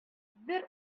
бер